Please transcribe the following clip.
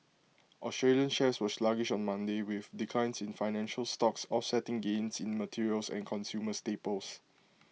Australian shares were sluggish on Monday with declines in financial stocks offsetting gains in materials and consumer staples